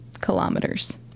kilometers